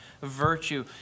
virtue